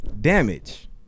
damage